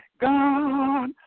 God